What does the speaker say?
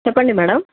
చెప్పండి మేడం